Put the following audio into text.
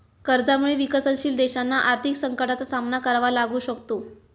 कर्जामुळे विकसनशील देशांना आर्थिक संकटाचा सामना करावा लागू शकतो